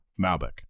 Malbec